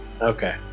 Okay